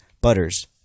Butters